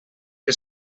que